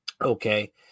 Okay